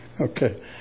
okay